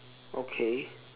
okay